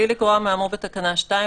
מבלי לגרוע מהאמור בתקנה 2,